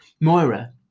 Moira